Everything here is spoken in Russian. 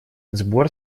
сбор